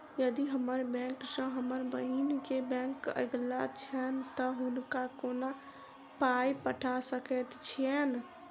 यदि हम्मर बैंक सँ हम बहिन केँ बैंक अगिला छैन तऽ हुनका कोना पाई पठा सकैत छीयैन?